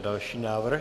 Další návrh.